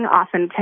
often